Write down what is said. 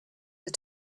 had